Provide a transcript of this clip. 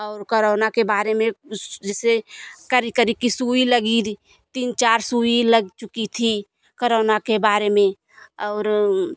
और कोरोना के बारे में उस जैसे करी तरीके से सुई लगी थी तीन चार सुई लग चुकी थी कोरोना के बारे में और